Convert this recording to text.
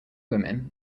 women